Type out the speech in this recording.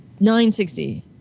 960